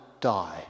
die